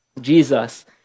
Jesus